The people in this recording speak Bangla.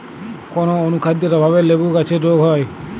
কোন অনুখাদ্যের অভাবে লেবু গাছের রোগ হয়?